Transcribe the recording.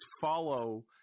follow